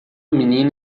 menina